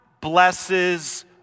Blesses